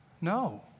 No